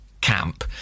camp